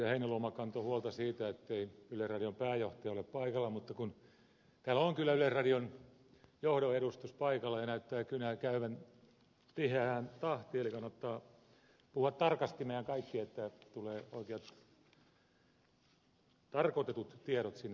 heinäluoma kantoi huolta siitä ettei yleisradion pääjohtaja ole paikalla mutta kun täällä on kyllä yleisradion johdon edustus paikalla ja näyttää kynä käyvän tiheään tahtiin kannattaa puhua tarkasti meidän kaikkien että tulevat oikeat tarkoitetut tiedot sinne tietoon